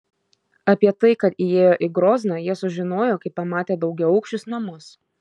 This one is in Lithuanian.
apie tai kad įėjo į grozną jie sužinojo kai pamatė daugiaaukščius namus